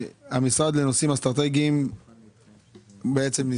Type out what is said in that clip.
המשרד לנושאים אסטרטגיים נסגר.